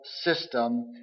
system